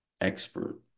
expert